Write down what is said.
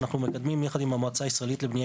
אנחנו מקדמים יחד עם המועצה הישראלית לבנייה